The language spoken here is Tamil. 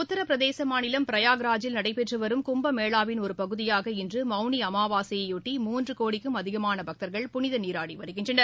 உத்தரப்பிரதேச மாநிலம் பிரயாக்ராஜில் நடைபெற்று வரும் கும்பமேளா வின் ஒரு பகுதியாக இன்று மவுனி அமாவாசையையாட்டி மூன்று கோடிக்கும் அதிகமான பக்தர்கள் புனித நீராடி வருகின்றனர்